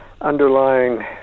underlying